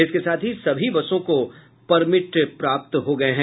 इसके साथ ही सभी बसों को परमिट प्राप्त हो गयी है